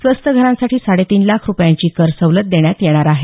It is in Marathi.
स्वस्त घरांसाठी साडेतीन लाख रुपयांची कर सवलत देण्यात येणार आहे